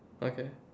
okay